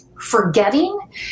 forgetting